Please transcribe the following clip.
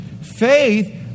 Faith